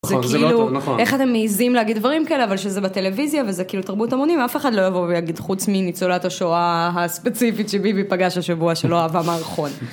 זה כאילו, איך אתם מעיזים להגיד דברים כאלה, אבל שזה בטלוויזיה וזה כאילו תרבות המונים, אף אחד לא יבוא ויגיד חוץ מניצולת השואה הספציפית שביבי פגש השבוע, שלא אהבה מערכון.